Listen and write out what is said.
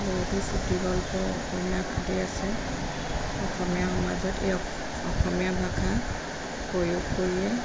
বহুতো চটিগল্প অসমীয়া ভাষাতে আছে অসমীয়া সমাজত এই অসমীয়া ভাষা প্ৰয়োগ কৰিয়ে